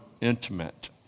intimate